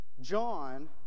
John